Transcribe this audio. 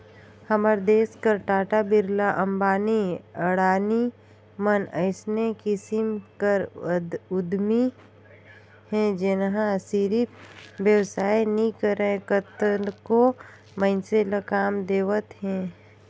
हमर देस कर टाटा, बिरला, अंबानी, अडानी मन अइसने किसिम कर उद्यमी हे जेनहा सिरिफ बेवसाय नी करय कतको मइनसे ल काम देवत हे